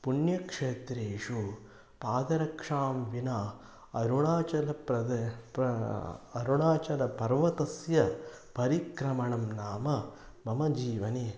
पुण्यक्षेत्रेषु पादरक्षां विना अरुणाचलप्रदेशं प्रा अरुणाचलपर्वतस्य परिक्रमणं नाम मम जीवने